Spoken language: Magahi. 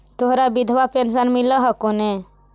तोहरा विधवा पेन्शन मिलहको ने?